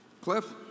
Cliff